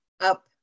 up